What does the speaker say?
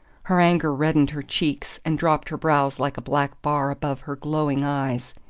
her anger reddened her cheeks and dropped her brows like a black bar above her glowing eyes.